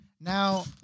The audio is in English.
Now